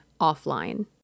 offline